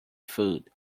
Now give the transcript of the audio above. food